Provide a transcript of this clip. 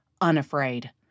unafraid